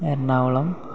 Ernakulam